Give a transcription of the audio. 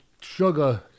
sugar